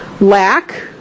lack